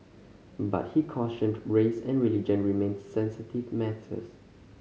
but he cautioned race and religion remained sensitive matters